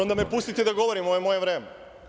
Onda me pustite da govorim, ovo je moje vreme.